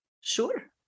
Sure